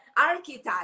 archetype